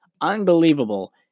unbelievable